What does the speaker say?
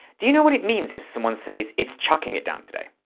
do you know what it means if someone says it's chucking it down today?